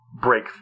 break